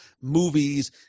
movies